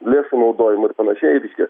lėšų naudojimo ir panašiai reiškia